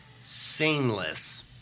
seamless